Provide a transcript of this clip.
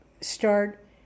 start